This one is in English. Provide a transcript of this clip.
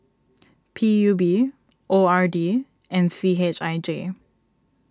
P U B O R D and C H I J